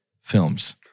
films